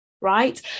Right